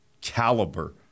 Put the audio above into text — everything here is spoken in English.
caliber